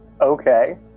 Okay